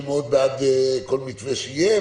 שהם מאוד בעד כל מתווה שיהיה,